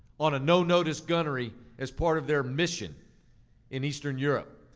on a no-notice gunnery as part of their mission in eastern europe.